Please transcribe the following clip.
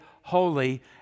holy